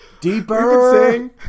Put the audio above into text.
deeper